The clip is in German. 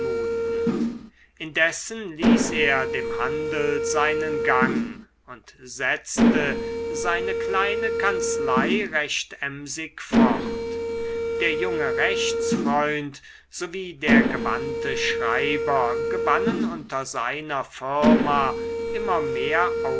indessen ließ er dem handel seinen gang und setzte seine kleine kanzlei recht emsig fort der junge rechtsfreund sowie der gewandte schreiber gewannen unter seiner firma immer mehr